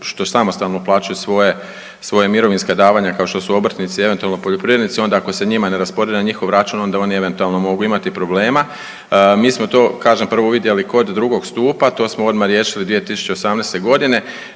što samostalno uplaćuju svoje, svoje mirovinska davanja kao što su obrtnici i eventualno poljoprivrednici onda ako se njima ne rasporedi na njihov račun onda oni eventualno mogu imati problema. Mi smo to kažem prvo uvidjeli kod drugog stupa, to smo odmah riješili 2018. godine.